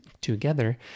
together